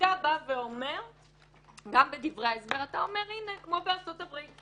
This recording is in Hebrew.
גם בדברי ההסבר אתה אומר: הנה, כמו בארצות הברית,